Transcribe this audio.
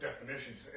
definitions